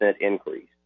increase